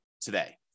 today